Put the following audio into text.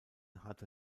hatte